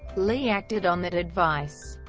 lee acted on that advice,